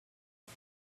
its